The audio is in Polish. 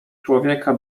człowieka